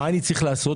מה אני צריך לעשות?